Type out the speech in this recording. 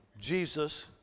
Jesus